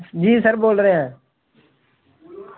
निं सर बोल रेहा